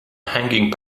hanging